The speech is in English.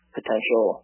potential